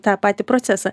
tą patį procesą